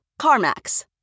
CarMax